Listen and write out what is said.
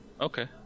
Okay